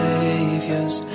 Savior's